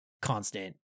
constant